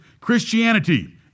Christianity